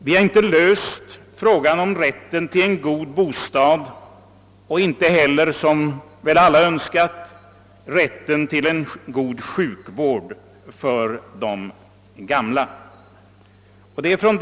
Vi har inte löst frågan om rätten till en god bostad och inte heller — som väl alla önskar — rätten till en god sjukvård för de gamla.